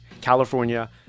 California